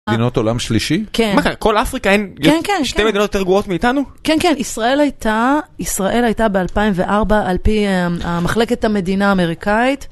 מדינות עולם שלישי? כן. כל אפריקה, אין שתי מדינות יותר גרועות מאיתנו? כן, כן. ישראל הייתה ב-2004 על פי מחלקת המדינה האמריקאית